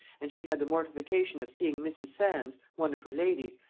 and she had the mortification of seeing mrs. sands, one of her ladies,